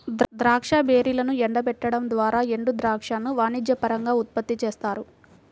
ద్రాక్ష బెర్రీలను ఎండబెట్టడం ద్వారా ఎండుద్రాక్షను వాణిజ్యపరంగా ఉత్పత్తి చేస్తారు